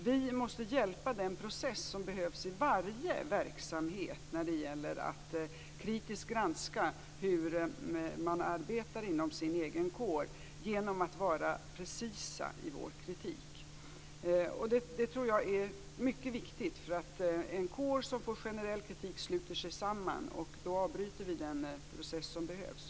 Vi måste hjälpa den process som behövs i varje verksamhet när det gäller att kritiskt granska hur man arbetar inom sin egen kår genom att vara precisa i vår kritik. Det tror jag är mycket viktigt. En kår som får generell kritik sluter sig nämligen samman, och då avbryter vi den process som behövs.